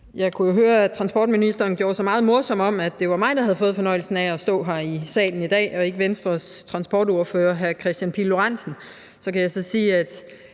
Jeg kunne jo høre, at transportministeren gjorde sig meget morsom over, at det var mig, der havde fået fornøjelsen af at stå her i salen i dag, og ikke Venstres transportordfører hr. Kristian Pihl Lorentzen. Jeg kan så sige, at